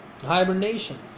hibernation